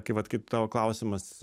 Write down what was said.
kai vat kaip tavo klausimas